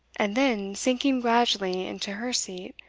and then sinking gradually into her seat,